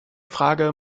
frage